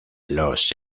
los